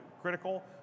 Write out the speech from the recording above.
critical